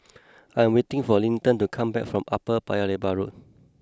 I am waiting for Linton to come back from Upper Paya Lebar Road